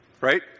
Right